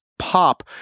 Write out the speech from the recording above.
pop